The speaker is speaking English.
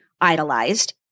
idolized